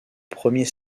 premier